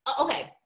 Okay